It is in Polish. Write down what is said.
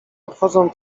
obchodzą